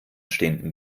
stehenden